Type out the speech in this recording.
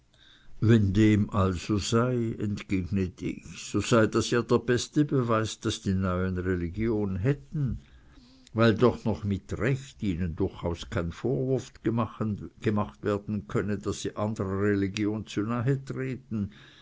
wenn dem also sei entgegnete ich so sei ja das der beste beweis daß die neuen religion hätten weil doch noch mit recht ihnen durchaus kein vorwurf gemacht werden könne daß sie anderer religion zu nahe treten